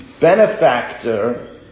benefactor